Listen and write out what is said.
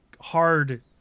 hard